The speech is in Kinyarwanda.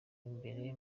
imbere